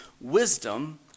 wisdom